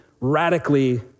radically